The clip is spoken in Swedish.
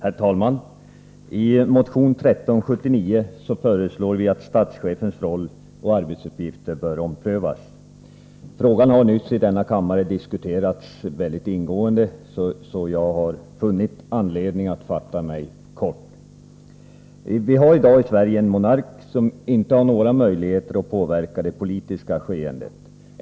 Herr talman! I motion 1379 föreslår vi att statschefens roll och arbetsuppgifter skall omprövas. Frågan har nyss diskuterats mycket ingående i denna kammare, så jag har funnit anledning att fatta mig kort. I dag har vi i Sverige en monark, som inte har några möjligheter att påverka det politiska skeendet.